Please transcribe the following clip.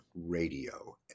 radio